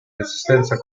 resistenza